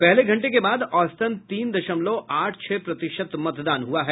पहले घंटे के बाद औसतन तीन दशमलव आठ छह प्रतिशत मतदान हुआ है